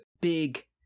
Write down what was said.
Big